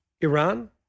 Iran